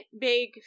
big